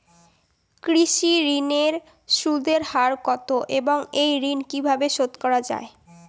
কৃষি ঋণের সুদের হার কত এবং এই ঋণ কীভাবে শোধ করা য়ায়?